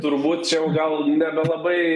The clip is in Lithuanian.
turbūt čia gal nebelabai